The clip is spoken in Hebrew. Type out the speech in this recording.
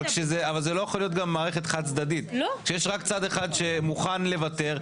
אבל זה לא יכול להיות גם מערכת חד-צדדית שיש רק צד אחד שמוכן לוותר,